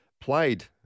played